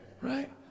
Right